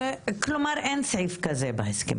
כלומר, אין סעיף כזה בהסכמים.